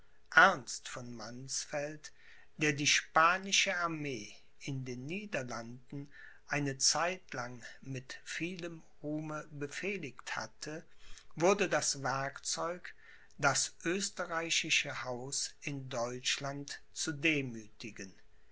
ernst von mannsfeld der die spanische armee in den niederlanden eine zeit lang mit vielem ruhme befehligt hatte wurde das werkzeug das österreichische haus in deutschland zu demüthigen